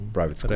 Private